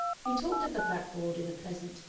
he talked at the blackboard in a pleasant,